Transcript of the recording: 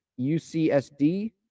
UCSD